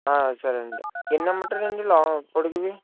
సరే అండి ఎన్ని ఇవ్వమంటారు అండి లాంగ్ పొడుగువి